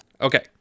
Okay